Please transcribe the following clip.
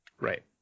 Right